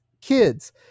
kids